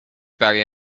barrier